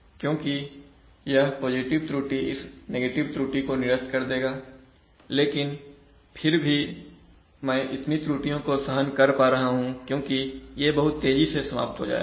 क्योंकि यह पॉजिटिव त्रुटि इस नेगेटिव त्रुटि को निरस्त कर देगा लेकिन फिर भी मैं इतनी त्रुटियों को सहन कर पा रहा हूं क्योंकि ये बहुत तेजी से समाप्त हो जाएगा